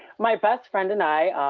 my best friend and i,